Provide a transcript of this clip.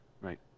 Right